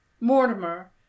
Mortimer